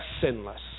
sinless